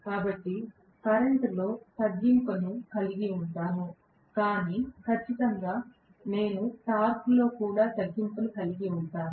కాబట్టి నేను కరెంటులో తగ్గింపును కలిగి ఉంటాను కాని ఖచ్చితంగా నేను టార్క్లో కూడా తగ్గింపును కలిగి ఉంటాను